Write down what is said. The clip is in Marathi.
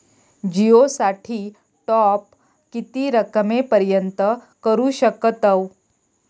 जिओ साठी टॉप किती रकमेपर्यंत करू शकतव?